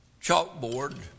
chalkboard